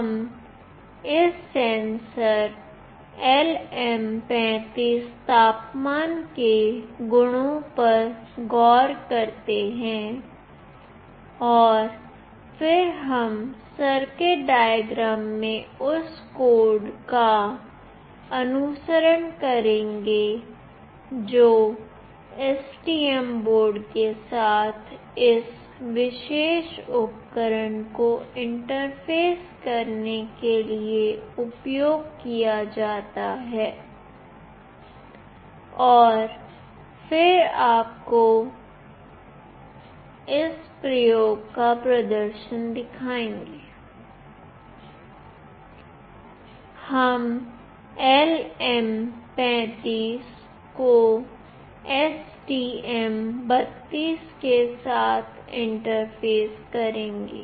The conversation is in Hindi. हम इस सेंसर LM35 तापमान के गुणों पर गौर करते हैं और फिर हम सर्किट डायग्राम में उस कोड का अनुसरण करेंगे जो STM बोर्ड के साथ इस विशेष उपकरण को इंटरफ़ेस करने के लिए उपयोग किया जाता है और फिर आपको इस प्रयोग का प्रदर्शन दिखाएँगे हम LM35 को STM32 के साथ इंटरफेस करेंगे